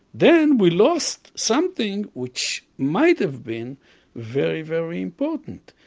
then we lost something which might have been very very important.